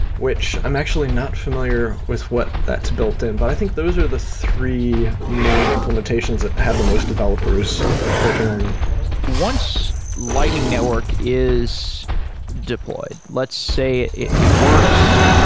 which i'm actually not familiar with what that's built in, but i think those are the three main implementations that have the most developers working on them once lightning network is deployed. let's say it it works,